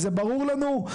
זה ברור לנו?